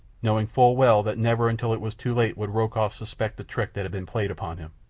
knowing full well that never until it was too late would rokoff suspect the trick that had been played upon him.